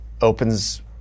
opens